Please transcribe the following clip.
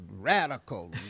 radical